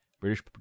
British